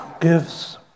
gives